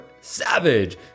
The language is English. savage